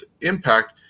Impact